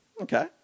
Okay